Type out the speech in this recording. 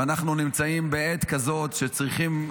ואנחנו נמצאים בעת כזאת שצריכים,